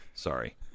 Sorry